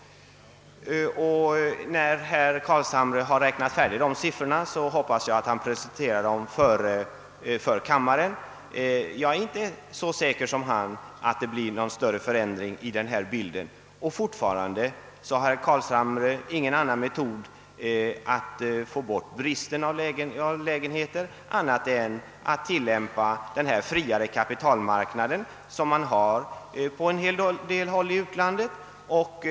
Jag hoppas att herr Carlshamre presenterar siffrorna för kammaren, när han räknat fram dem. Jag är inte så övertygad som han på att det blir någon större förändring i denna bild. Fortfarande har herr Carlshamre ingen annan metod för att avskaffa bristen på lägenheter än att tillämpa denna friare kapitalmarknad, som finns på en hel del håll i utlandet.